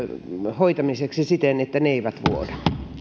hoitamiseksi siten että ne eivät vuoda